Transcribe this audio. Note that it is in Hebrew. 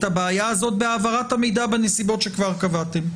הבעיה הזאת בהעברת המידע בנסיבות שכבר קבעתם.